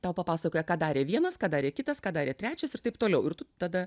tau papasakoja ką darė vienas ką darė kitas ką darė trečias ir taip toliau ir tu tada